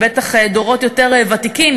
ובטח דורות יותר ותיקים,